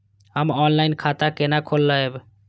हम ऑनलाइन खाता केना खोलैब?